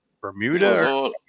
bermuda